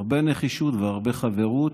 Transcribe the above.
הרבה נחישות והרבה חברות,